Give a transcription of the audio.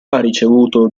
ricevuto